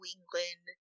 England